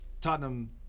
Tottenham